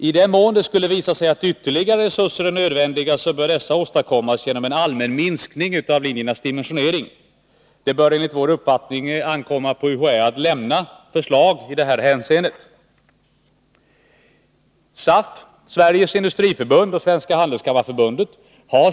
I den mån det skulle visa sig att ytterligare resurser är nödvändiga, så bör dessa åstadkommas genom en allmän minskning av linjernas dimensionering. Det bör enligt vår uppfattning ankomma på UHÄ att lämna förslag i det här hänseendet.